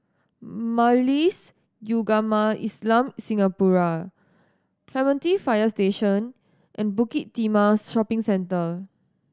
Majlis Ugama Islam Singapura Clementi Fire Station and Bukit Timah Shopping Centre